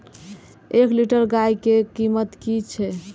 एक लीटर गाय के कीमत कि छै?